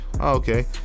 Okay